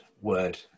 word